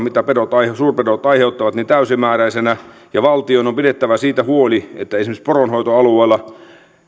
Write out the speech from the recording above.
mitä suurpedot aiheuttavat korvataan valtion varoista täysimääräisenä ja valtion on pidettävä huoli siitä että esimerkiksi poronhoitoalueella